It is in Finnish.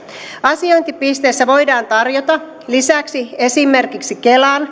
asiointipisteessä voidaan tarjota lisäksi esimerkiksi kelan